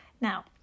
Now